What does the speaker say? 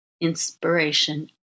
inspiration